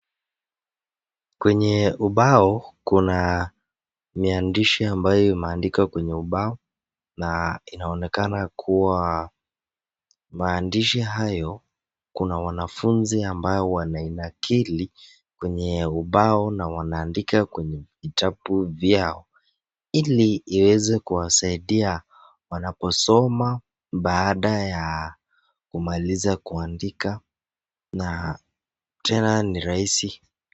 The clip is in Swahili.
Kwenye ubao kuna maandishi ambayo imeandikwa kwenye ubao na inaonekana kuwa maandishi hayo kuna wanafunzi ambao wanainakili kwenye ubao na wanaandika kwenye vitabu vyao ili iweze kuwasaidia wanaposoma baada ya kumaliza kuandika na tena ni rahisi .